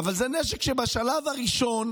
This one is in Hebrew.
אבל זה נשק שבשלב הראשון